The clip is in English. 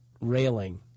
railing